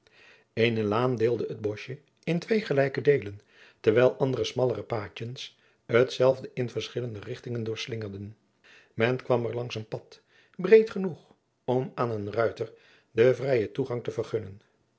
eene laan deelde het boschje in twee gelijke deelen terwijl andere smallere paadjens hetzelve in verschillende richtingen doorslingerden men kwam er langs een pad breed genoeg om aan een ruiter den vrijen toegang te vergunnen